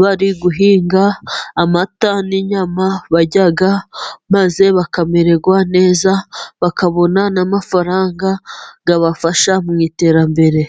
bari guhinga, amata, n'inyama barya maze bakamererwa neza bakabona n'amafaranga abafasha mu iterambere.